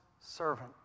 servant